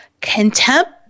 contempt